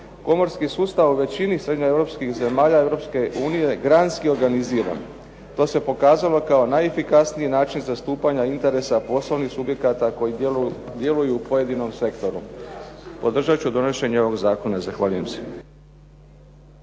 Komorski sustav u većini srednjeeuropskih zemalja Europske unije granski je organiziran. To se pokazalo kao najefikasniji način zastupanja interesa poslovnih subjekata koji djeluju u pojedinom sektoru. Podržat ću donošenje ovog zakona. Zahvaljujem se.